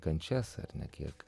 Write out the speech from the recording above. kančias ar ne kiek